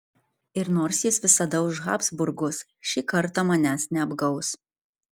ir nors jis visada už habsburgus ši kartą manęs neapgaus